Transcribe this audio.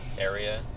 area